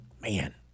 Man